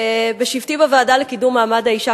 ובשבתי בוועדה לקידום מעמד האשה,